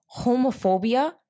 homophobia